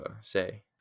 say